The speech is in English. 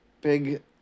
big